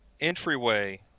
entryway